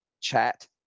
chat